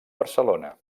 barcelona